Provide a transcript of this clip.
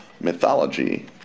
mythology